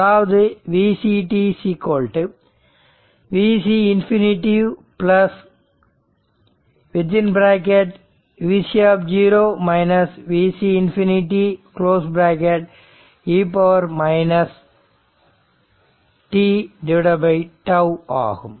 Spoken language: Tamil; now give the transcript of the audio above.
அதாவது Vc Vc∞ Vc Vc∞ e tτ ஆகும்